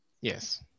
Yes